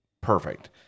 Perfect